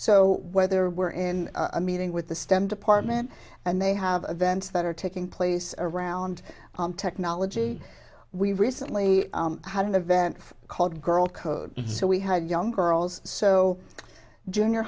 so whether we're in a meeting with the stem department and they have event that are taking place around technology we recently had an event called girl code so we had young girls so junior